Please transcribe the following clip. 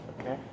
okay